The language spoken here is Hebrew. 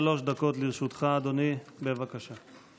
שלוש דקות לרשותך, אדוני, בבקשה.